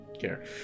care